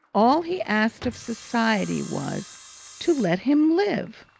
all he asked of society was to let him live.